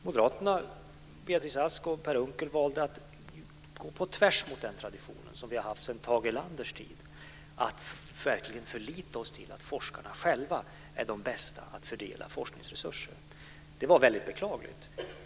Moderaterna med Beatrice Ask och Per Unckel valde att gå på tvärs mot den tradition som vi haft sedan Tage Erlanders tid - att verkligen förlita oss på att forskarna själva är de bästa att fördela forskningsresurser - så det var verkligen beklagligt.